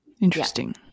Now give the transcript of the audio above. Interesting